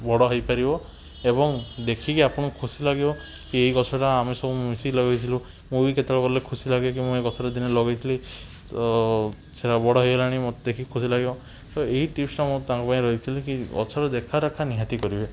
ବଡ଼ ହେଇପାରିବ ଏବଂ ଦେଖିକି ଆପଣଙ୍କୁ ଖୁସି ଲାଗିବ କି ଏଇ ଗଛଟା ଆମେ ସବୁ ମିଶିକି ଲଗାଇଥିଲୁ ମୁଁ ବି କେତେବେଳେ ଗଲେ ଖୁସି ଲାଗେ କି ମୁଁ ଏ ଗଛଟା ଦିନେ ଲଗାଇ ଥିଲି ତ ସେଇଟା ବଡ଼ ହେଇଗଲାଣି ମୋତେ ଦେଖିକି ଖୁସି ଲାଗିବ ତ ଏଇ ଟିପସ୍ଟା ମୁଁ ତାଙ୍କ ପାଇଁ ରଖିଥିଲି କି ଗଛର ଦେଖା ରେଖା ନିହାତି କରିବେ